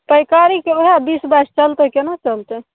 तरकारीके ओहए बीस बाइस चलतै केना चलतै